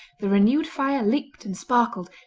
the renewed fire leaped and sparkled,